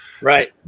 Right